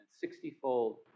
sixtyfold